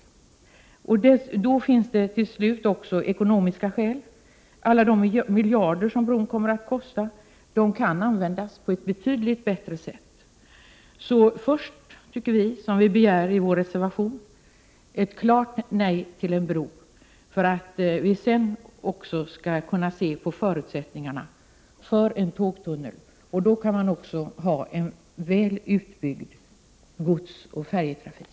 Till slut finns det också ekonomiska skäl. Alla de miljarder som bron kommer att kosta kan användas på ett betydligt bättre sätt. Först, tycker vi — och det begär vi också i vår reservation — ett klart nej till en bro, och sedan kan vi se på förutsättningarna för en tågtunnel. Då kan vi också ha en väl utbyggd godsoch färjetrafik.